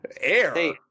Air